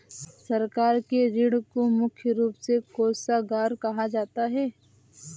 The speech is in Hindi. सरकार के ऋण को मुख्य रूप से कोषागार कहा जाता है